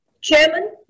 Chairman